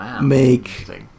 make